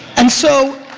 and so,